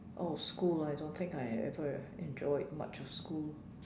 oh school I don't think I ever enjoyed much of school